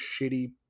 shitty